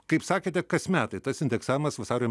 kaip sakėte kas metai tas indeksavimas vasario